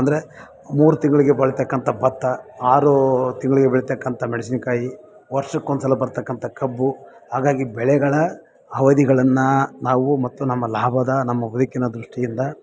ಅಂದರೆ ಮೂರು ತಿಂಗಳಿಗೆ ಬೆಳೀತಕ್ಕಂಥ ಭತ್ತ ಆರು ತಿಂಗ್ಳಿಗೆ ಬೆಳೀತಕ್ಕಂಥ ಮೆಣಸಿನಕಾಯಿ ವರ್ಷಕೊಂದು ಸಲ ಬರತಕ್ಕಂಥ ಕಬ್ಬು ಹಾಗಾಗಿ ಬೆಳೆಗಳ ಅವಧಿಗಳನ್ನ ನಾವು ಮತ್ತು ನಮ್ಮ ಲಾಭದ ನಮ್ಮ ಬದುಕಿನ ದೃಷ್ಟಿಯಿಂದ